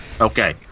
Okay